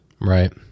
Right